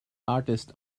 artist